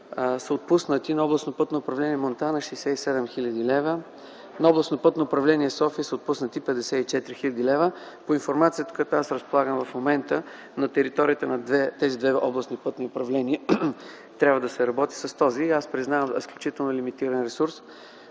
са отпуснати на Областно пътно управление Монтана 67 хил. лв., на Областно пътно управление София са отпуснати 54 хил. лв. По информацията, с която разполагам в момента, на територията на тези две областни пътни управления трябва да се работи с този – признавам – изключително лимитиран ресурс,